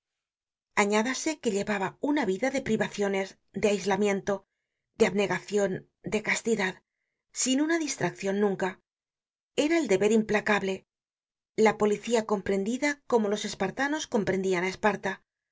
virtud añádase que llevaba una vida de privaciones de aislamiento de abnegacion de castidad sin una distraccion nunca era el deber implacable la policía comprendida como los espartanos comprendian áesparta